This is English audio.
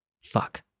Fuck